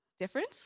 Difference